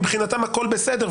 מבחינתם הכול בסדר,